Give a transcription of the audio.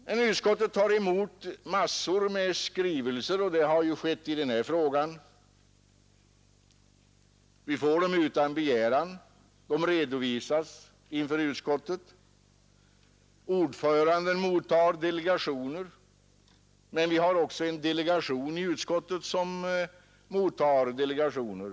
Men utskottet tar emot en mängd skrivelser, och det har skett även i den här frågan. Vi får dem utan begäran och de redovisas inför utskottet. Ordföranden tar emot delegationer som får framföra sina synpunkter, även ibland inför utskottets delegation.